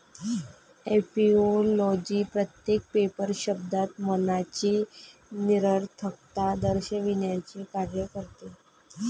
ऍपिओलॉजी प्रत्येक पेपर शब्दात मनाची निरर्थकता दर्शविण्याचे कार्य करते